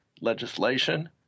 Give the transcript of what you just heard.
legislation